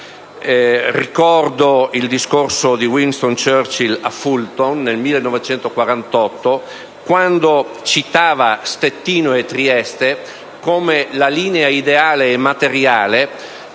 ricordo il discorso di Winston Churchill a Fulton nel 1948, quando citò Stettino e Trieste come la linea ideale e materiale